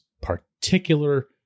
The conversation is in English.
particular